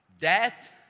Death